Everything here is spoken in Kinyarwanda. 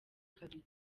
kabiri